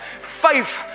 Faith